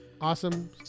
awesome